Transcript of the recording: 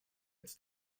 its